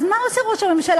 אז מה עושה ראש הממשלה?